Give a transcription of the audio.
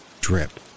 Drip